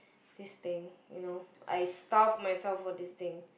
this thing you know I starve myself for this thing